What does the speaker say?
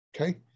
Okay